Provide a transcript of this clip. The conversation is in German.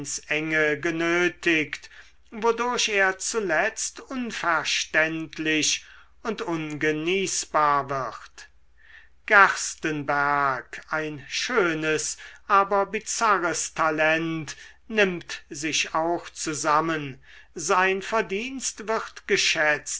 genötigt wodurch er zuletzt unverständlich und ungenießbar wird gerstenberg ein schönes aber bizarres talent nimmt sich auch zusammen sein verdienst wird geschätzt